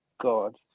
god